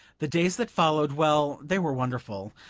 the days that followed well, they were wonderful.